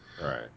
Right